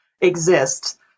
exists